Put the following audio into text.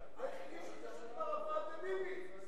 היחידי שחיבק את ערפאת זה ביבי.